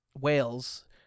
wales